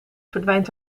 verdwijnt